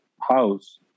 house